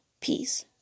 Peace